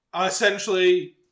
essentially